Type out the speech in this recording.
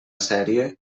sèrie